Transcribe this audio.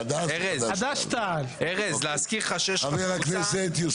חבר הכנסת יוסף עטאונה.